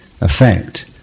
effect